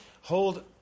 hold